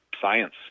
science